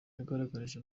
yagaragarije